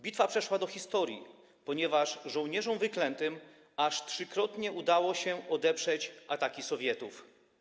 Bitwa przeszła do historii, ponieważ żołnierzom wyklętym aż trzykrotnie udało się odeprzeć ataki Sowietów.